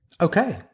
Okay